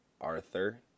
arthur